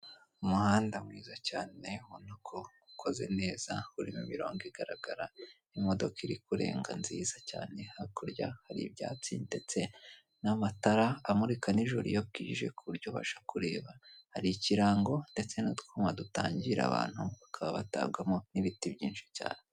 Umuhanda mwiza cyane urabona ko ukoze neza urimo imirongo igaragara imodoka iri kurenga nziza cyane. Hakurya hari ibyatsi ndetse n'amatara amurika nijoro iyo bwije kuburyo ubasha kureba . Hari ikirango ndetse n'utwumwa dutangira bantu bakaba batarwamo n'ibiti byinshi cyane.